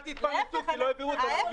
אל תתפרנסו כי לא הביאו את ה ---?